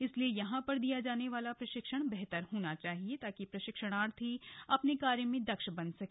इसलिए यहां पर दिया जाने वाला प्रशिक्षण बेहतर होना चाहिए ताकि प्रशिक्षणार्थी अपने कार्य में दक्ष बन सके